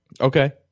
Okay